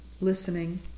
listening